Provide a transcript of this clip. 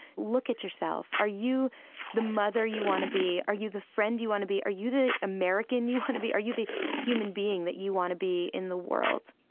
look at yourself. are you the mother you want to be? are you the friend you want to be? are you the american you want to be? are you the human being that you want to be in the world?